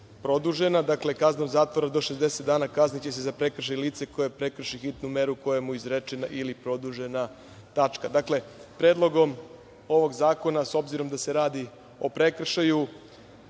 dakle - kaznom zatvora do 60 dana, kazniće se za prekršaj lice koje prekrši hitnu meru koja mu je izrečena ili produžena. Dakle, predlogom ovog zakona, s obzirom da se radi o prekršaju,